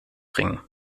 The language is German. bringen